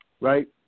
right